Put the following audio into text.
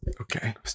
Okay